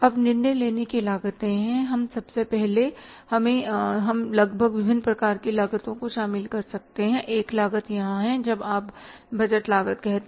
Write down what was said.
अब निर्णय लेने की लागतें हैं हम सबसे पहले हम लगभग विभिन्न प्रकार की लागतों को शामिल कर सकते हैं एक लागत यहाँ है जब आप बजट लागत कहते हैं